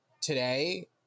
today